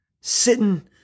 sitting